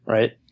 Right